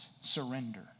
surrender